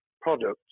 products